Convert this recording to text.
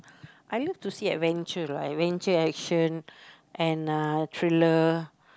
I love to see adventure lah adventure action and uh thriller